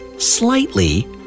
slightly